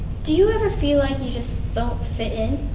do you ever feel like you just don't fit in?